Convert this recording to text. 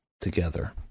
together